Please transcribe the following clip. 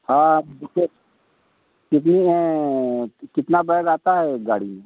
हाँ कितनी है कितना बैग आता है एक गाड़ी में